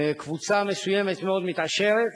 קבוצה מסוימת מאוד מתעשרת,